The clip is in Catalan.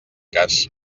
cas